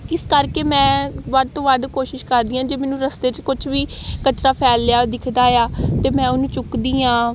ਇਸ ਕਰਕੇ ਮੈਂ ਵੱਧ ਤੋਂ ਵੱਧ ਕੋਸ਼ਿਸ਼ ਕਰਦੀ ਹਾਂ ਜੇ ਮੈਨੂੰ ਰਸਤੇ 'ਚ ਕੁਝ ਵੀ ਕਚਰਾ ਫੈਲਿਆ ਦਿਖਦਾ ਆ ਤਾਂ ਮੈਂ ਉਹਨੂੰ ਚੁੱਕਦੀ ਹਾਂ